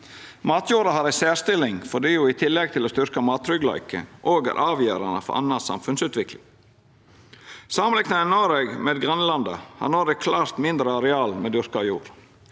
Matjorda har ei særstilling fordi ho i tillegg til å styrkja mattryggleiken òg er avgjerande for anna samfunnsutvikling. Samanliknar ein Noreg med grannelanda, har Noreg klart mindre areal med dyrka jord.